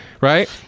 right